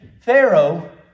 Pharaoh